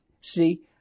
See